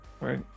Right